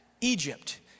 Egypt